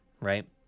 right